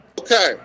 Okay